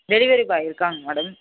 delivery boy இருக்காங்க madam